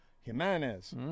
Jimenez